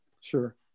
Sure